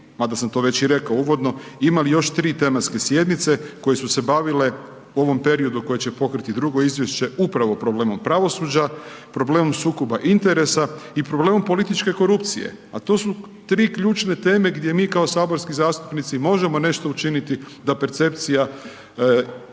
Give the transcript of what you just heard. mada sam to već i rekao uvodno, imali još tri tematske sjednice koje su se bavile ovom periodu koji će pokriti drugo izvješće upravo problemom pravosuđa, problemu sukoba interesa i problemom političke korupcije a to su tri ključne teme gdje mi kao saborski zastupnici možemo nešto učiniti da percepcija o